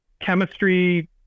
chemistry